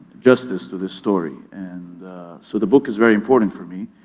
justice to this story, and so the book is very important for me.